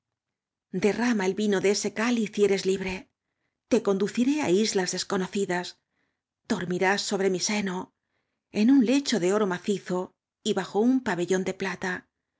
derrama el vino de ese cáliz y eres libre te conduciré á islas desconocidas dormirás sobre mi seno en un lecho de oro macizo y bajo un pabolíín de plata